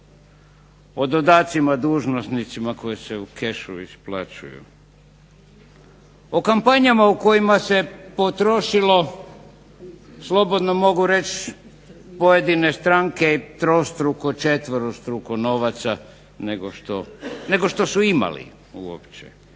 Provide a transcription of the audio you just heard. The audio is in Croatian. o dodacima dužnosnicima koji se u kešu isplaćuju, o kampanjama u kojima se potrošilo slobodno mogu reći pojedine stranke i trostruko, četverostruko novaca nego što su imali uopće.